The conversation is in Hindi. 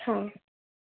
हाँ